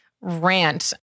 rant